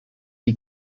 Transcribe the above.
die